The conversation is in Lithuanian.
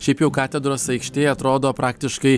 šiaip jau katedros aikštė atrodo praktiškai